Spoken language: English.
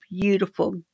beautiful